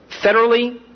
federally